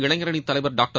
இளைஞரணித் தலைவர் டாக்டர்